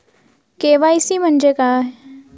KYC म्हणजे काय?